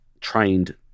trained